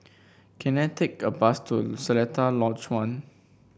can I take a bus to Seletar Lodge One